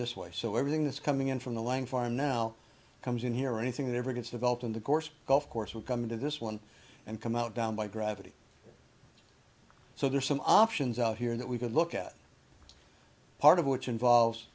this way so everything that's coming in from the lying farm now comes in here anything that ever gets developed in the course golf course will come into this one and come out down by gravity so there are some options out here that we could look at part of which involves